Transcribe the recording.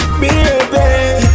baby